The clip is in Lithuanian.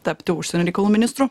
tapti užsienio reikalų ministru